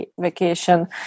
vacation